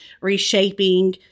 reshaping